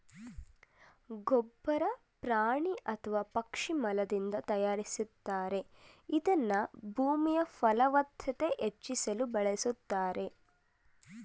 ಗೊಬ್ಬರ ಪ್ರಾಣಿ ಅಥವಾ ಪಕ್ಷಿ ಮಲದಿಂದ ತಯಾರಿಸ್ತಾರೆ ಇದನ್ನ ಭೂಮಿಯಫಲವತ್ತತೆ ಹೆಚ್ಚಿಸಲು ಬಳುಸ್ತಾರೆ